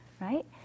right